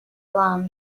lan